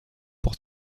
pour